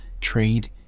trade